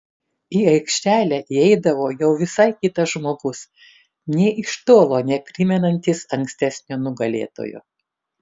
į aikštelę įeidavo jau visai kitas žmogus nė iš tolo neprimenantis ankstesnio nugalėtojo